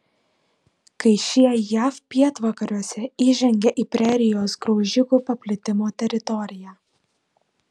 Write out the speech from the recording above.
kai šie jav pietvakariuose įžengė į prerijos graužikų paplitimo teritoriją